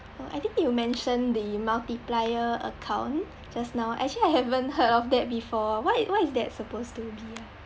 oh I think you mentioned the multiplier account just now actually I haven't heard of that before what what is that supposed to be ah